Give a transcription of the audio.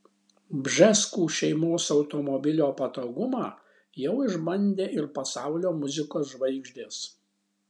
bžeskų šeimos automobilio patogumą jau išbandė ir pasaulio muzikos žvaigždės